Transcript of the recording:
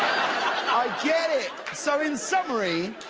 i get it. so in summary,